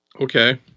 Okay